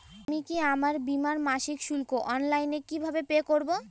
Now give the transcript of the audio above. আমি কি আমার বীমার মাসিক শুল্ক অনলাইনে কিভাবে পে করব?